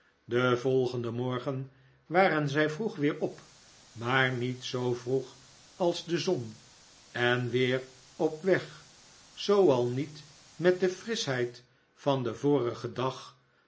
den volgenden morgen waren zij vroeg weer op maar niet zoo vroeg als de zon en weer op weg zoo al niet met de frischheid van den vorigen dag